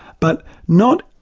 but not,